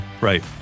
right